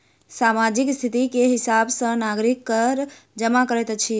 सामाजिक स्थिति के हिसाब सॅ नागरिक कर जमा करैत अछि